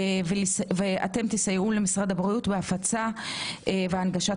ואתם תסייעו למשרד הבריאות בהפצה והנגשת